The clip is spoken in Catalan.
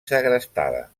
segrestada